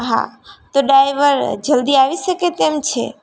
હા તો ડાઈવર જલ્દી આવી શકે તેમ છે